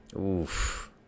Oof